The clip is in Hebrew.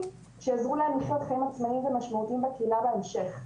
שיעזרו להם לחיות חיים עצמאיים ומשמעותיים בקהילה בהמשך.